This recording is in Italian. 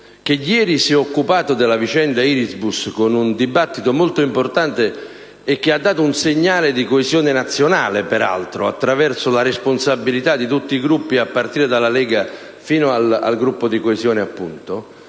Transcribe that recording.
che ieri si è occupato della vicenda Irisbus con un dibattito molto importante che ha dato un segnale di coesione nazionale, peraltro, attraverso la responsabilità di tutti i Gruppi, a partire dalla Lega fino al Gruppo di Coesione Nazionale